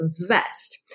invest